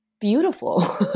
beautiful